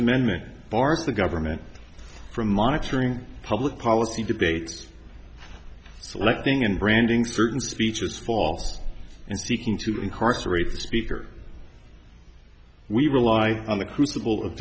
amendment barque the government from monitoring public policy debates selecting and branding certain speeches fall in seeking to incarcerate speaker we rely on the crucible of